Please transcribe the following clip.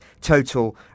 total